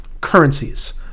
currencies